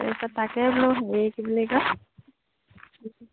তাৰপিছত তাকে বোলো হেৰি কি বুলি ক